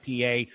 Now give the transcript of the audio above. pa